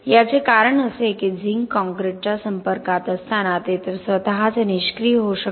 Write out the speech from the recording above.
याचे कारण असे की झिंक कॉंक्रिटच्या संपर्कात असताना ते स्वतःच निष्क्रिय होऊ शकते